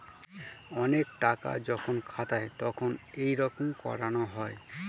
অনেক টাকা যখন খাতায় তখন এইরকম করানো হয়